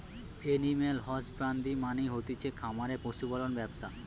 animal husbandry মানে হতিছে খামারে পশু পালনের ব্যবসা